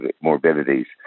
morbidities